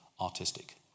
artistic